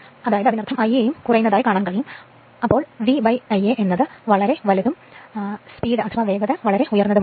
അതിനാൽ Ia യും കുറയും അതിനാൽ V Ia വളരെ വലുതും വേഗത വളരെ ഉയർന്നതുമാണ്